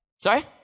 Sorry